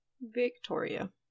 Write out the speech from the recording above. Victoria